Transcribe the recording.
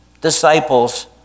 disciples